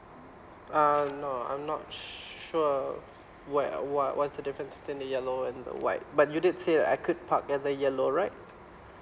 uh no I'm not sure what uh what what is the difference between the yellow and the white but you did say that I could park at the yellow right